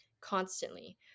constantly